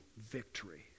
victory